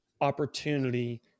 opportunity